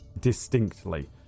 distinctly